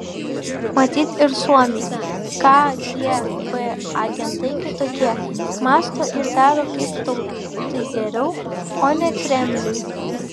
matyt ir suomiai kgb agentai kitokie mąsto ir daro kaip tautai geriau o ne kremliui